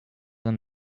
them